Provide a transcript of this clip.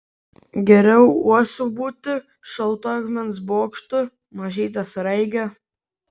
geriau uosiu būti šaltu akmens bokštu mažyte sraige